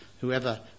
whoever